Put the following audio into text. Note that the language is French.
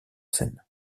seine